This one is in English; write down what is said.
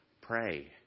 Pray